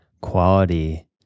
quality